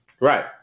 Right